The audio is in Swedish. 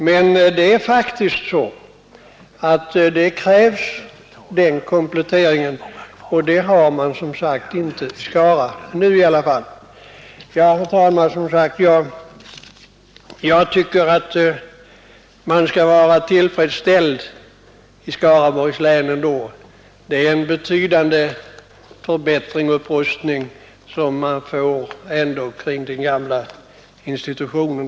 Men den kompletteringen krävs faktiskt och den finns inte i Skara just nu. Herr talman! Jag tycker man skall vara tillfredsställd i Skaraborgs län med den betydande förbättring och upprustning man får kring den gamla institutionen där.